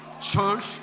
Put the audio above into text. church